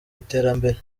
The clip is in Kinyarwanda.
iterambere